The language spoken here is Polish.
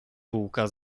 bułka